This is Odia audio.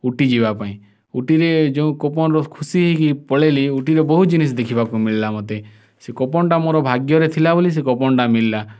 ଉଟି ଯିବା ପାଇଁ ଉଟିରେ ଯେଉଁ କୋପାନ୍ର ଖୁସି ହେଇକି ପଳାଇଲି ଉଟିରେ ବହୁତ ଜିନିଷ ଦେଖିବାକୁ ମିଲଲା ମୋତେ ସେ କୋପନ୍ଟା ମୋର ଭାଗ୍ୟରେ ଥିଲା ବୋଲି ସେ କୋପନ୍ଟା ମିଲଲା